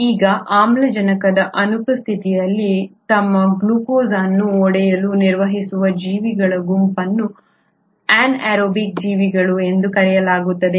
ಈಗ ಆಮ್ಲಜನಕದ ಅನುಪಸ್ಥಿತಿಯಲ್ಲಿ ತಮ್ಮ ಗ್ಲೂಕೋಸ್ ಅನ್ನು ಒಡೆಯಲು ನಿರ್ವಹಿಸುವ ಜೀವಿಗಳ ಗುಂಪನ್ನು ಅನೈರೋಬಿಕ್ ಜೀವಿಗಳು ಎಂದು ಕರೆಯಲಾಗುತ್ತದೆ